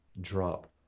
drop